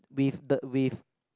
with the with